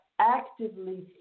actively